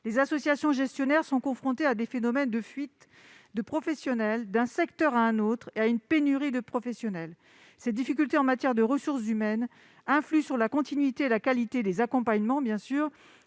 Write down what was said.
Les associations gestionnaires sont confrontées à des fuites de professionnels d'un secteur à un autre et à une pénurie de personnel. De telles difficultés en matière de ressources humaines influent sur la continuité et la qualité des accompagnements, sur